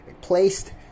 placed